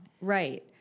right